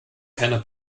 keiner